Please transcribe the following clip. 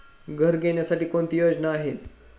घर घेण्यासाठी कोणती योजना आहे?